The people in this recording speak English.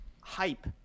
hype